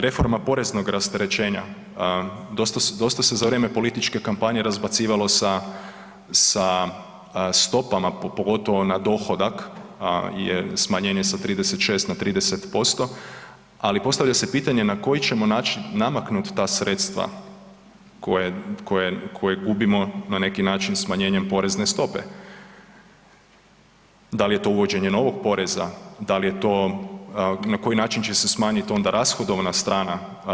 Reforma poreznog rasterećenja dosta se za vrijeme političke kampanje razbacivalo sa stopama pogotovo na dohodak, smanjenje sa 36 na 30%, ali postavlja se pitanje na koji ćemo način namaknut ta sredstva koje gubimo na neki način smanjenjem porezne stope, da li je to uvođenje novog poreza, na koji način će se smanjiti onda rashodovna strana?